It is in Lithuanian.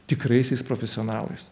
tikraisiais profesionalais